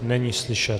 Není slyšet.